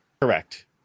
Correct